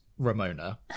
ramona